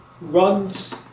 Runs